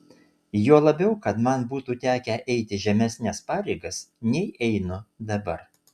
juo labiau kad man būtų tekę eiti žemesnes pareigas nei einu dabar